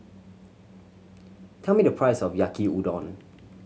tell me the price of Yaki Udon